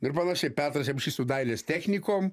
nu ir panašiai petras repšys su dailės technikom